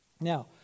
Now